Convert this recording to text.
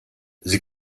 sie